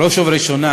בראש ובראשונה